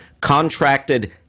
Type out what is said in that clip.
contracted